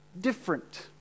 different